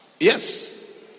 yes